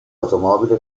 automobile